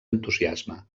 entusiasme